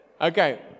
Okay